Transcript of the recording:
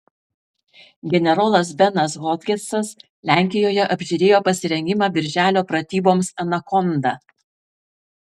generolas benas hodgesas lenkijoje apžiūrėjo pasirengimą birželio pratyboms anakonda